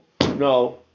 no